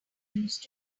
used